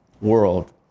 world